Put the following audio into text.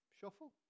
shuffle